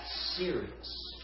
serious